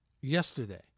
yesterday